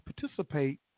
participate